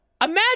Imagine